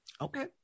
Okay